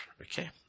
Okay